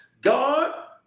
God